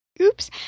Oops